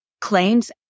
claims